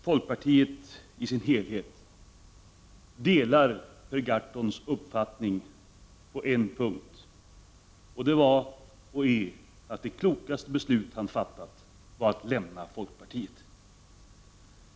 Folkpartiet i sin helhet delar Per Gahrtons uppfattning på en punkt. Det var och är att det klokaste beslut han fattat var att lämna folkpartiet.